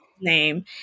name